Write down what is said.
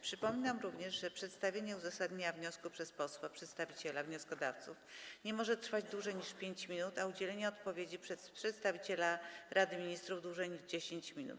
Przypominam również, że przedstawienie uzasadnienia wniosku przez posła przedstawiciela wnioskodawców nie może trwać dłużej niż 5 minut, a udzielenie odpowiedzi przez przedstawiciela Rady Ministrów - dłużej niż 10 minut.